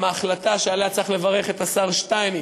גם ההחלטה שעליה צריך לברך את השר שטייניץ,